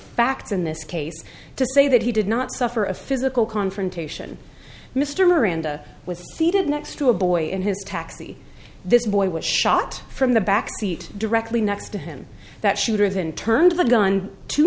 facts in this case to say that he did not suffer a physical confrontation mr miranda was seated next to a boy in his taxi this boy was shot from the back seat directly next to him that shooter then turned the gun to